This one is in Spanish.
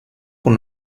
con